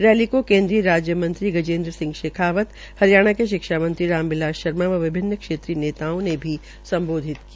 rally को केन्द्रीय राज्य मंत्री गजेन्द्र सिंह शेखावत हरियाणा के शिक्षा मंत्री राम बिलास शर्मा व विभिन्न क्षेत्रीय नेताओं ने भी सम्बोधित किया